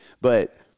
But-